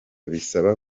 bisaba